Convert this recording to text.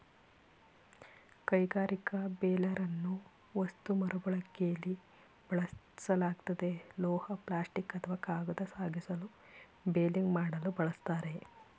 ಕೈಗಾರಿಕಾ ಬೇಲರನ್ನು ವಸ್ತು ಮರುಬಳಕೆಲಿ ಬಳಸಲಾಗ್ತದೆ ಲೋಹ ಪ್ಲಾಸ್ಟಿಕ್ ಅಥವಾ ಕಾಗದ ಸಾಗಿಸಲು ಬೇಲಿಂಗ್ ಮಾಡಲು ಬಳಸ್ತಾರೆ